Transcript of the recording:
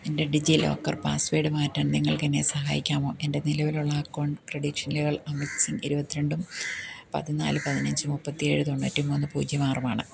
എൻ്റെ ഡിജിലോക്കർ പാസ്വേഡ് മാറ്റാൻ നിങ്ങൾക്ക് എന്നെ സഹായിക്കാമോ എൻ്റെ നിലവിലുള്ള അക്കൗണ്ട് ക്രെഡൻഷ്യലുകൾ അമിത് സിംഗ് ഇരുപത്തിരണ്ടും പതിനാല് പതിനഞ്ചും മുപ്പത്തേഴ് തൊണ്ണൂറ്റി മൂന്ന് പൂജ്യം ആറും ആണ്